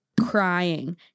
crying